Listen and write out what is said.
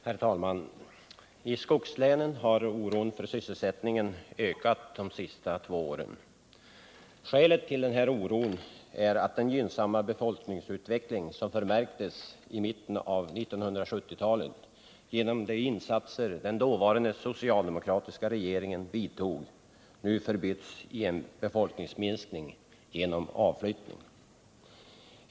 Herr talman! I skogslänen har oron för sysselsättningen ökat under de senaste två åren. Skälet till denna oro är att den gynnsamma befolkningsutveckling som märktes i mitten av 1970-talet, till följd av de insatser den dåvarande socialdemokratiska regeringen vidtog, nu förbytts i en befolkningsminskning genom avflyttning.